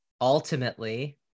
ultimately